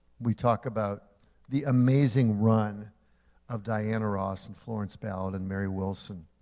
we talk about the amazing run of diana ross and florence ballard and mary wilson